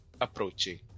approaching